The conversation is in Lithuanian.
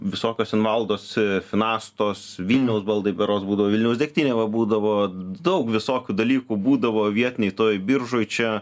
visokios invaldos finastos vilniaus baldai berods būdavo vilniaus degtinė va būdavo daug visokių dalykų būdavo vietinėj toj biržoj čia